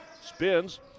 spins